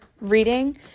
reading